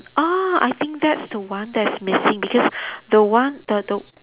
ah I think that's the one that is missing because the one the the